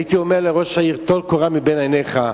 הייתי אומר לראש העיר: טול קורה מבין עיניך.